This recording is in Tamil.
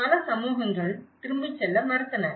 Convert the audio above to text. பல சமூகங்கள் திரும்பிச் செல்ல மறுத்தனர்